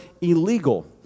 illegal